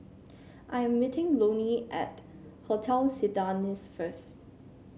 I am meeting Lonnie at Hotel Citadines first